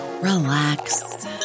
relax